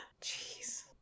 Jeez